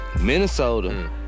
Minnesota